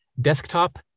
desktop